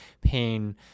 pain